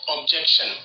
objection